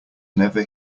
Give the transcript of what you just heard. never